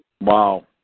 Wow